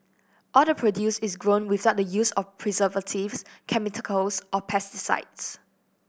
all the produce is grown without the use of preservatives chemicals or pesticides